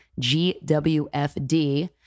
GWFD